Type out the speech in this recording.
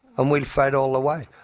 and we'll fight all the way,